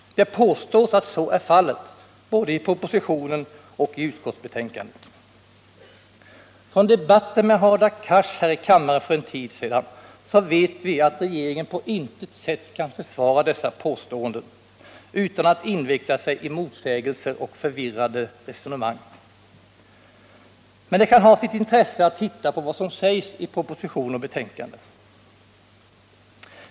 Det påstås att så är fallet, både i propositionen och i utskottsbetänkandet. Efter debatten med Hadar Cars här i kammaren för en tid sedan vet vi att regeringen på intet sätt kan försvara dessa påståenden utan att inveckla sig i motsägelser och förvirrade resonemang. Men det kan ha sitt intresse att se vad som sägs i proposition och betänkande.